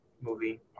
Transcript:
Movie